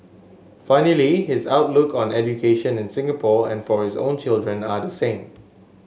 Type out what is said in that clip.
funnily his outlook on education in Singapore and for his own children are the same